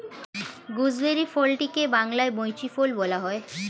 gooseberry ফলটিকে বাংলায় বৈঁচি ফল বলা হয়